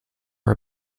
our